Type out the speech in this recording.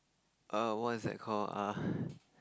err what is that call uh